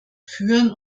führen